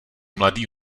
mladý